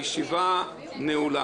תודה רבה, הישיבה נעולה.